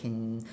can